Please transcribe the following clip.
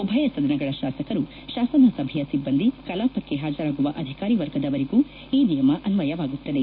ಉಭಯ ಸದನಗಳ ಶಾಸಕರು ಶಾಸನ ಸಭೆಯ ಸಿಬ್ಬಂದಿ ಕಲಾಪಕ್ಕೆ ಹಾಜರಾಗುವ ಅಧಿಕಾರಿ ವರ್ಗದವರಿಗೂ ಈ ನಿಯಮ ಅನ್ನಯವಾಗುತ್ತದೆ